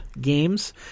Games